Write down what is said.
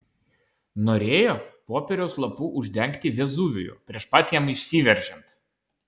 norėjo popieriaus lapu uždengti vezuvijų prieš pat jam išsiveržiant